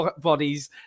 bodies